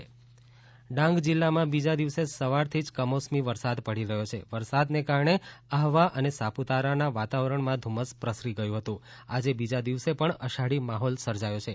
ડાંગ માવઠુ ડાંગ જિલ્લામાં બીજા દિવસે સવારથી જ કમોસમી વરસાદ પડી રહ્યો છે વરસાદને કારણે આહવા અને સાપુતારાના વાતાવરણમાં ધુમ્મસ પ્રસરી ગયું હતું આજે બીજા દિવસે પણ અષાઢી માહોલ સર્જાયો છે